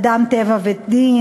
"אדם טבע ודין",